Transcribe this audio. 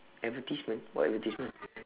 advertisement what advertisement